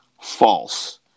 False